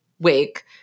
wake